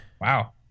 Wow